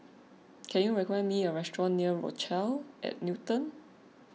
can you recommend me a restaurant near Rochelle at Newton